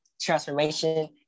transformation